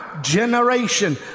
generation